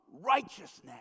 righteousness